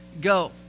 go